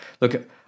Look